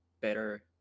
better